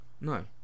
no